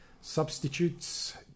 Substitutes